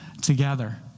together